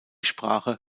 sprache